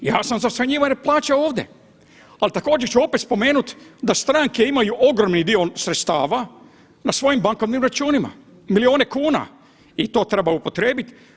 Ja sam za smanjivanje plaće ovdje, ali također ću opet spomenut da stranke imaju ogromni dio sredstava na svojim bankovnim računima, milijune kuna i to treba upotrijebit.